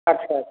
ଆଚ୍ଛା ଆଚ୍ଛା